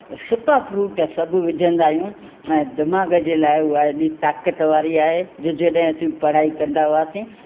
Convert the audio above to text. सुका फ्रूट सभु विझंदा आयूं ऐं दिमाग जे लाइ उहा एॾी ताक़त वारी आहे जो जॾहिं असीं पढ़ाई कंदा हुआसीं